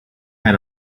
had